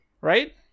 right